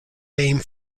name